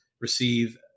receive